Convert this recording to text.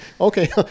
okay